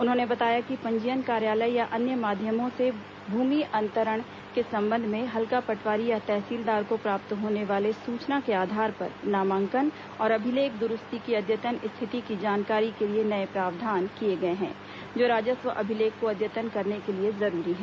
उन्होंने बताया कि पंजीयन कार्यालय या अन्य माध्यमों से भूमि अंतरण के संबंध में हल्का पटवारी या तहसीलदार को प्राप्त होने वाले सूचना के आधार पर नामांकन और अभिलेख दुरूस्ती की अद्यतन स्थिति की जानकारी के लिए नए प्रावधान किए गए हैं जो राजस्व अभिलेख को अद्यतन करने के लिए जरूरी है